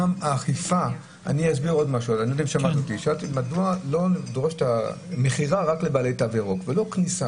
אני שואל מדוע לא לדרוש את התו הירוק רק מאלה שרוצים לקנות ולא בכניסה.